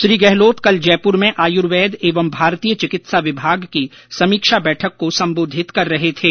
श्री गहलोत कल जयपुर में आयुर्वेद एवं भारतीय चिकित्सा विभाग की समीक्षा बैठक को सबोधित कर रहे थे